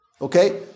Okay